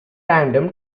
random